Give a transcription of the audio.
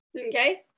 Okay